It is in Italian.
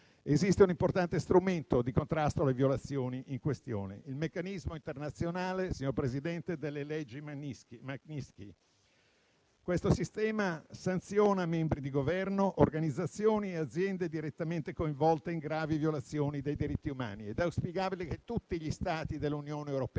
Esiste un importante strumento di contrasto alle violazioni in questione: il meccanismo internazionale delle leggi Magnitsky. Questo sistema sanziona membri di Governo, organizzazioni e aziende direttamente coinvolte in gravi violazioni dei diritti umani ed è auspicabile che tutti gli Stati dell'Unione europea